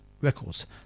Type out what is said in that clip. Records